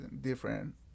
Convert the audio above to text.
different